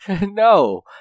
No